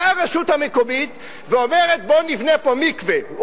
באה הרשות המקומית ואומרת: בואו נבנה פה מקווה.